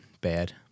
bad